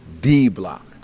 D-Block